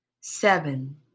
seven